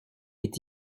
est